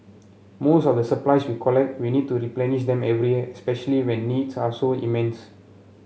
most of the supplies we collect we need to replenish them every year especially when needs are so immense